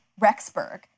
Rexburg